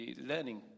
learning